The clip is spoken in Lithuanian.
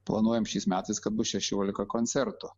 planuojam šiais metais kad bus šešiolika koncertų